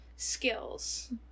Skills